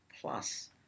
plus